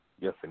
Yes